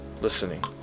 listening